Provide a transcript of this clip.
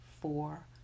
four